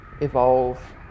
Evolve